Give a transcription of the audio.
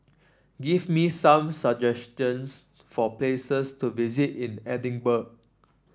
give me some suggestions for places to visit in Edinburgh